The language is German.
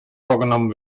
vorgenommen